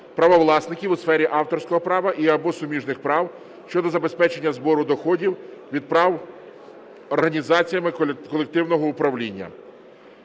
правовласників у сфері авторського права і (або) суміжних прав" щодо забезпечення збору доходів від прав організаціями колективного управління.